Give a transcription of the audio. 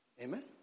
Amen